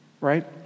Right